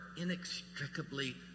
inextricably